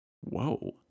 Whoa